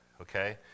okay